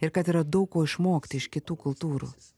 ir kad yra daug ko išmokti iš kitų kultūrų